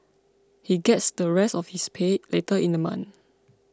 he gets the rest of his pay later in the month